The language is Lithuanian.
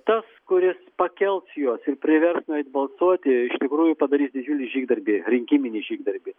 tas kuris pakels juos ir privers nueit balsuoti iš tikrųjų padarys didžiulį žygdarbį rinkiminį žygdarbį